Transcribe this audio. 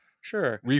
Sure